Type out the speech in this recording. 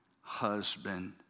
husband